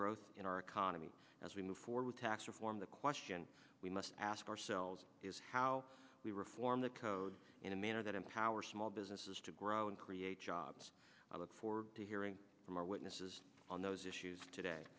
growth in our economy as we move forward tax reform the question we must ask ourselves is how we reform the code in a manner that empowers small businesses to grow and create jobs i look forward to hearing from our witnesses on those issues